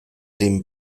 den